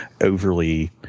overly